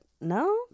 No